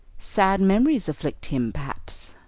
sad memories afflict him, perhaps,